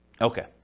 Okay